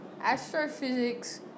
Astrophysics